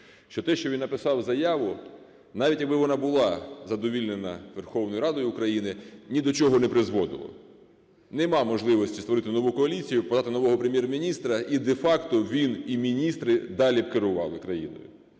що те, що він написав заяву, навіть якби вона була задовільнена Верховною Радою України, ні до чого не призводило. Немає можливості створити нову коаліцію, подати нового Прем'єр-міністра, і де-факто він і міністри далі б керували країно,